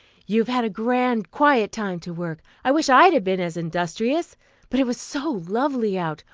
you've had a grand quiet time to work. i wish i had been as industrious but it was so lovely out.